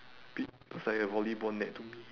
be~ looks like a volleyball net to me